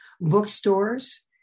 bookstores